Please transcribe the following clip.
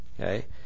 Okay